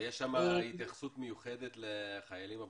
ויש שם התייחסות מיוחדת לחיילים הבודדים?